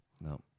No